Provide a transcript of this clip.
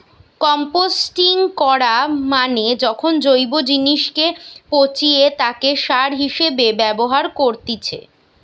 composting করা মানে যখন জৈব জিনিসকে পচিয়ে তাকে সার হিসেবে ব্যবহার করেতিছে